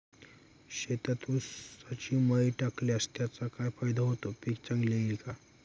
शेतात ऊसाची मळी टाकल्यास त्याचा काय फायदा होतो, पीक चांगले येईल का?